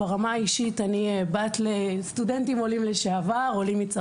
ברמה האישית, אני בת לסטודנטים עולים מצרפת.